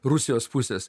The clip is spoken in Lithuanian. rusijos pusės